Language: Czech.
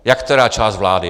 Jak která část vlády.